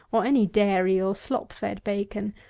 or any dairy or slop-fed bacon,